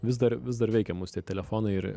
vis dar vis dar veikia mus tie telefonai ir